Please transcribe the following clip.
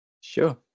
Sure